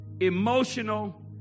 emotional